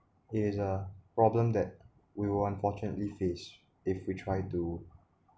it is a problem that we will unfortunately face if we try to